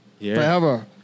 forever